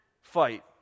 fight